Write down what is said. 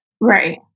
Right